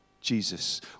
Jesus